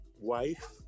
wife